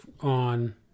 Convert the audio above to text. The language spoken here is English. on